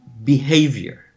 Behavior